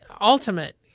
ultimate